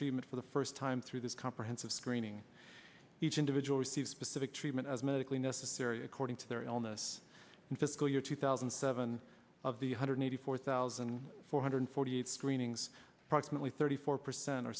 treatment for the first time through this comprehensive screening each individual receives specific treatment as medically necessary according to their illness in fiscal year two thousand and seven of the hundred eighty four thousand four hundred forty eight screenings approximately thirty four percent or